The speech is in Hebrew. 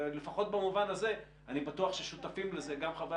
לפחות במובן הזה אני בטוח ששותפים לזה גם חברי